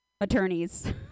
attorneys